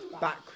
back